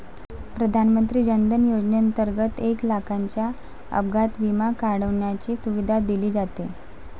प्रधानमंत्री जन धन योजनेंतर्गत एक लाखाच्या अपघात विमा कवचाची सुविधा दिली जाते